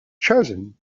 chosen